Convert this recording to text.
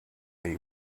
you